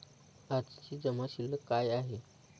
आजची जमा शिल्लक काय आहे?